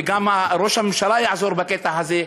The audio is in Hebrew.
וגם ראש הממשלה יעזור בקטע הזה,